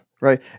right